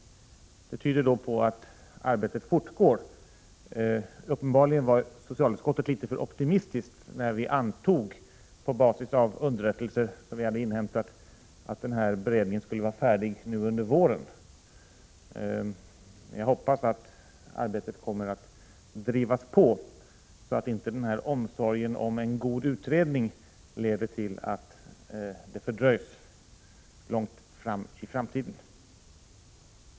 Det tyder då på att arbetet fortgår. Uppenbarligen var socialutskottet litet för optimistiskt när vi antog, på basis av underrättelser som vi hade inhämtat, att beredningen skulle vara färdig nu under våren. Jag hoppas att arbetet kommer att drivas på, så att inte omsorgen om en god utredning leder till att den fördröjs långt in i framtiden.